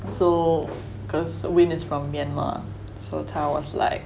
so cause wayne is from myanmar so 他 was like